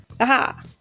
Aha